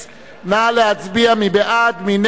ובכן, 33 בעד, אין